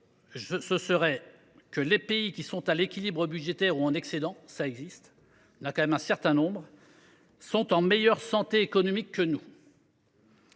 premièrement, que les pays qui sont à l’équilibre budgétaire ou en excédent – cela existe, il y en a même un certain nombre – sont en meilleure santé économique que nous.